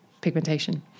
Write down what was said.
pigmentation